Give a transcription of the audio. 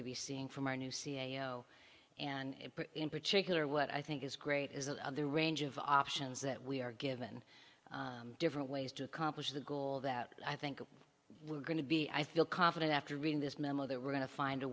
to be seeing from our new c f o and in particular what i think is great is that the range of options that we are given different ways to accomplish the goal that i think we're going to be i feel confident after reading this memo that we're going to find a